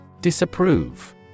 Disapprove